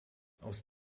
aus